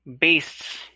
Beasts